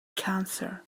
cancer